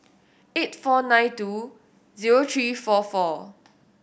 eight four nine two zero three four four